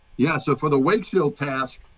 yeah. so for the wake shield task,